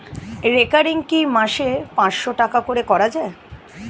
Recurring কি মাসে পাঁচশ টাকা করে করা যায়?